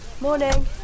Morning